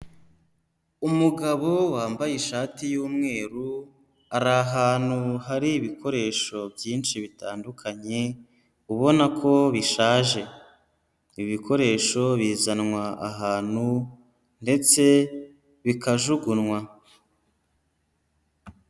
Umugabo wambaye ishati y'umweru, ari ahantu hari ibikoresho byinshi bitandukanye ubona ko bishaje, ibi bikoresho bizanwa ahantu ndetse bikajugunywa.